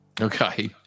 Okay